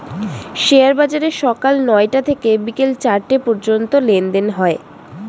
share বাজারে সকাল নয়টা থেকে বিকেল চারটে পর্যন্ত লেনদেন হয়